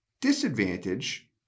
Disadvantage